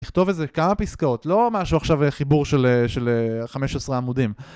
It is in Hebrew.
תכתוב איזה כמה פסקאות, לא משהו עכשיו חיבור של 15 עמודים.